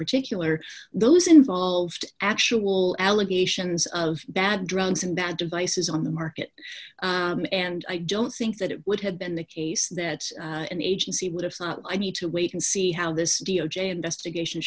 particular those involved actual allegations of bad drugs and bad devices on the market and i don't think that it would have been the case that an agency would have thought i need to wait and see how this d o j investigation